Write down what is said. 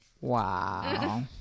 Wow